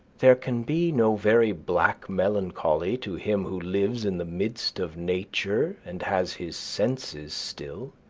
there can be no very black melancholy to him who lives in the midst of nature and has his senses still.